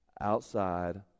Outside